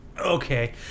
Okay